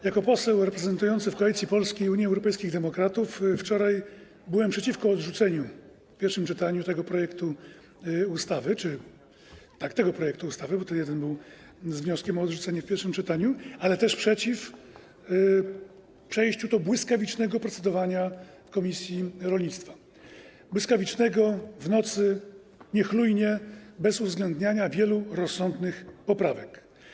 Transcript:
Jako poseł reprezentujący w Koalicji Polskiej Unię Europejskich Demokratów wczoraj byłem przeciwko odrzuceniu w pierwszym czytaniu tego projektu ustawy, tego projektu ustawy, bo jeden był z wnioskiem o odrzucenie w pierwszym czytaniu, ale też przeciw przejściu do błyskawicznego procedowania nad nim w komisji rolnictwa, błyskawicznego, w nocy, niechlujnie, bez uwzględniania wielu rozsądnych poprawek.